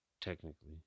Technically